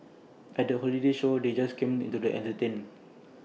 at the holiday show they just came into the entertained